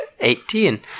Eighteen